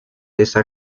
esa